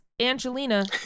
Angelina